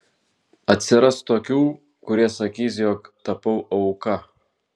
atsiras tokių kurie sakys jog tapau auka